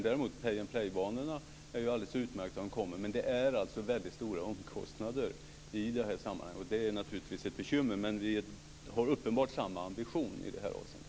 Däremot är pay and play-banorna alldeles utmärkta. Det är stora omkostnader i sammanhanget. Det är naturligtvis ett bekymmer, men vi har uppenbarligen samma ambition i det avseendet.